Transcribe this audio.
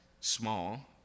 small